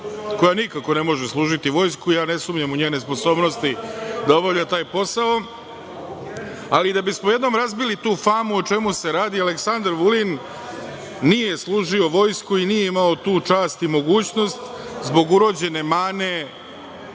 koja nikako ne može služiti vojsku, mada ja ne sumnjam u njene sposobnosti da obavlja taj posao. Ali, da bismo jednom razbili tu famu o čemu se radi, Aleksandar Vulin nije služio vojsku i nije imao tu čast i mogućnost, zbog urođene mane